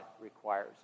requires